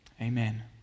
Amen